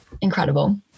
incredible